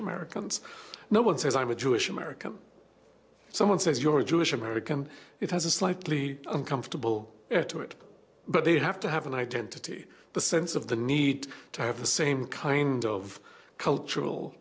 americans no one says i was jewish america if someone says you're a jewish american it has a slightly uncomfortable to it but they have to have an identity the sense of the need to have the same kind of cultural